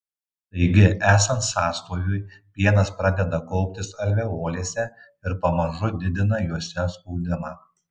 taigi esant sąstoviui pienas pradeda kauptis alveolėse ir pamažu didina jose spaudimą